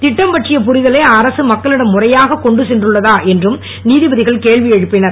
திட்டம் பற்றிய புரிதலை அரசு மக்களிடம் முறையாக கொண்டு சென்றுள்ளதா என்றும் நீதிபதிகள் கேள்வி எழுப்பினர்